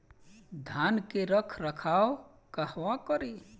धान के रख रखाव कहवा करी?